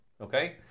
Okay